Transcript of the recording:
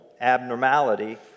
abnormality